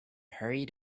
hurried